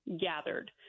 gathered